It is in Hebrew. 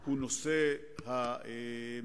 הוא נושא המשאבים.